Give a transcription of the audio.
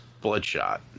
Bloodshot